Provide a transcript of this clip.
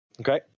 Okay